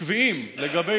עקביים לגבי